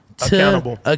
Accountable